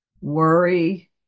worry